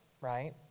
right